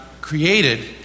created